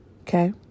Okay